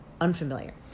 unfamiliar